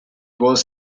was